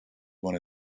one